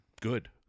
good